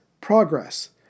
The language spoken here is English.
progress